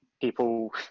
people